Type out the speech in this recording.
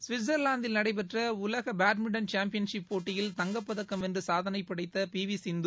சுவிட்சல்லாந்தில் நடைபெற்ற உலக் badminton championship போட்டியில் தங்கப்பதக்கம் வென்று சாதனை படைத்த பி வி சிந்து